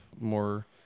more